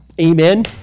Amen